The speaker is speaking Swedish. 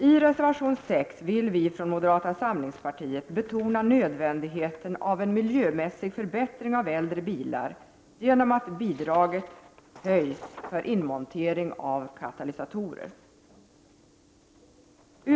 I reservation 6 vill vi från moderata samlingspartiet betona nödvändigheten av en miljömässig förbättring av äldre bilar genom att bidraget för en inmontering av katalysatorer höjs.